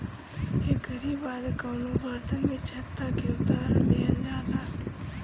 एकरी बाद कवनो बर्तन में छत्ता के उतार लिहल जाला